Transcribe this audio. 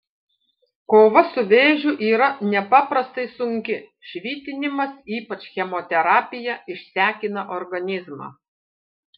kova su vėžiu yra nepaprastai sunki švitinimas ypač chemoterapija išsekina organizmą